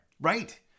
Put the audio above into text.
Right